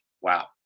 wow